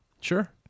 Sure